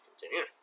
continue